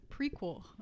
prequel